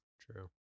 True